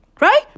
Right